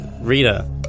Rita